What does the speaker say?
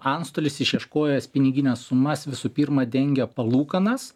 antstolis išieškojęs pinigines sumas visų pirma dengia palūkanas